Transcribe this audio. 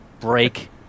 break